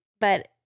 But-